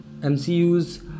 MCU's